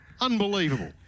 Unbelievable